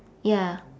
ya